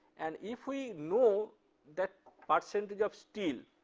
and if we know that percentage of steel,